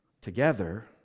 together